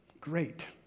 great